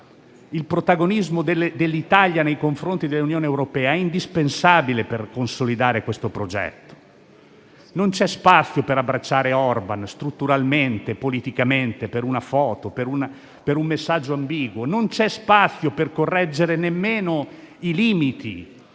Il protagonismo dell'Italia nei confronti dell'Unione europea è indispensabile per consolidare questo progetto. Non c'è spazio per abbracciare Orbán strutturalmente e politicamente, per una foto o un messaggio ambiguo. Non c'è spazio nemmeno per correggere i limiti